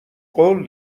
قول